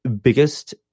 biggest